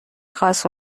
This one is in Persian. خواست